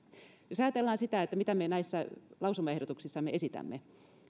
jos ajatellaan sitä mitä me näissä lausumaehdotuksissamme esitämme